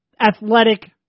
athletic